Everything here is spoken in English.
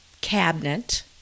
cabinet